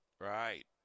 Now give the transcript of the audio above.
Right